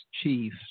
chief